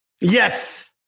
Yes